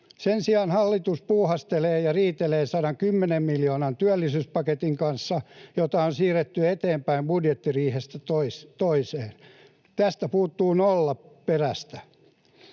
Sen sijaan hallitus puuhastelee ja riitelee 110 miljoonan työllisyyspaketin kanssa, jota on siirretty eteenpäin budjettiriihestä toiseen. Tästä puuttuu nolla perästä.